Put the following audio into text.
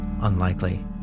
Unlikely